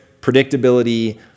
predictability